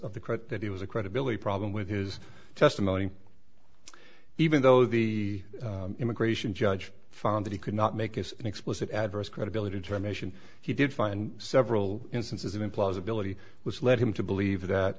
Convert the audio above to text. of the credit that he was a credibility problem with his testimony even though the immigration judge found that he could not make it an explicit adverse credibility term mission he did find several instances of implausibility which led him to believe that